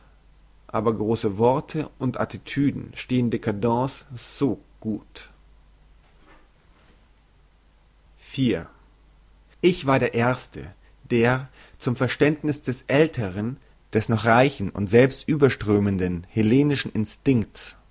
aber grosse worte und attitüden stehen dcadents so gut ich war der erste der zum verständniss des älteren des noch reichen und selbst überströmenden hellenischen instinkts